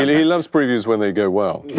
he loves previews when they go well.